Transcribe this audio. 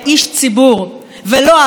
ולא, העבירה היא לא עישון סיגרים,